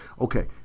Okay